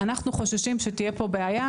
אנחנו חוששים שתהיה פה בעיה,